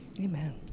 Amen